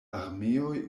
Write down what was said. armeoj